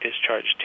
discharged